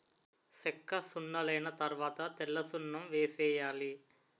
సెక్కసున్నలైన తరవాత తెల్లసున్నం వేసేయాలి